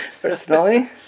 Personally